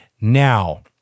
now